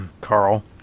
carl